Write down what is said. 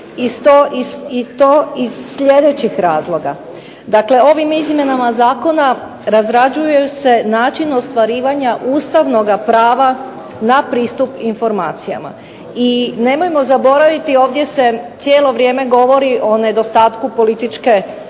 i to iz sljedećih razloga. Dakle ovim izmjenama zakona razrađuju se način ostvarivanja ustavnoga prava na pristup informacijama, i nemojmo zaboraviti ovdje se cijelo vrijeme govori o nedostatku političke volje